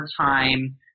time